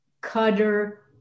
cutter